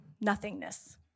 nothingness